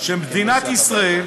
שמדינת ישראל,